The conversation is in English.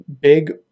Big